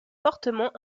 fortement